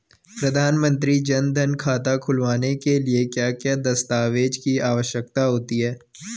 प्रधानमंत्री जन धन खाता खोलने के लिए क्या क्या दस्तावेज़ की आवश्यकता होती है?